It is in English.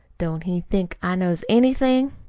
don't he think i knows anything?